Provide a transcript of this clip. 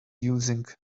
using